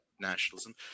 nationalism